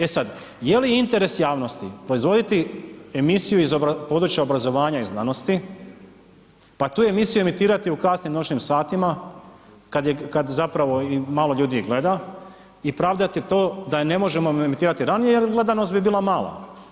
E sad, je li interes javnosti proizvoditi emisiju iz područja obrazovanja i znanosti, pa tu emisiju emitirati u kasnim noćnim satima kad je, kad zapravo i malo ljudi je gleda i pravdati to da je ne možemo emitirati ranije jer gledanost bi bila mala.